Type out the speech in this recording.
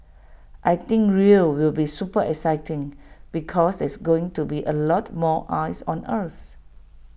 I think Rio will be super exciting because there's going to be A lot more eyes on us